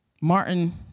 Martin